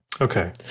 Okay